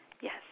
Yes